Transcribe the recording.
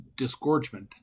disgorgement